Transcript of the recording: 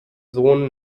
sohn